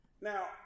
Now